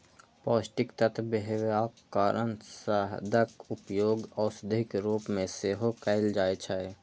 पौष्टिक तत्व हेबाक कारण शहदक उपयोग औषधिक रूप मे सेहो कैल जाइ छै